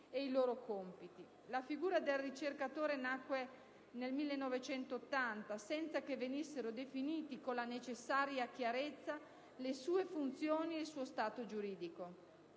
e i loro compiti. La figura del ricercatore nacque nel 1980 senza che venissero definiti con la necessaria chiarezza le sue funzioni e il suo stato giuridico.